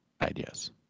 ideas